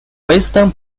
western